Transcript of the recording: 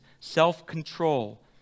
self-control